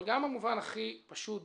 אבל גם במובן הכי פשוט,